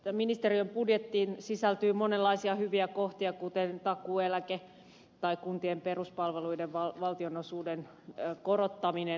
ministeriön budjettiin sisältyy monenlaisia hyvä kohtia kuten takuueläke tai kuntien peruspalveluiden valtionosuuden korottaminen